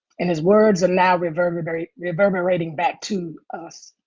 and his words are now reverberating reverberating back to us.